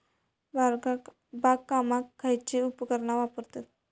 बागकामाक खयची उपकरणा वापरतत?